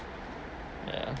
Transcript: ya